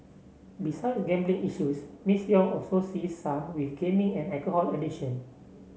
besides gambling issues Miss Yong also sees some with gaming and alcohol addiction